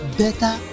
better